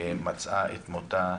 שמצאה את מותה.